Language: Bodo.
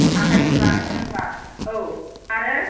आखाइ बिमा होनो होनब्ला औ आरो